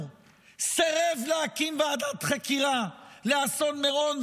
סירב להקים ועדת חקירה לאסון מירון,